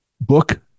book